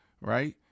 right